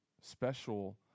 special